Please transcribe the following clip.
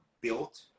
built